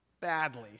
badly